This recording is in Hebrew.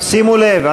שימו לב,